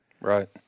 Right